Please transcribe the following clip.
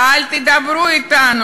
ואל תדברו אתנו,